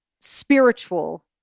spiritual